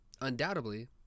undoubtedly